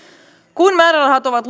kun määrärahat ovat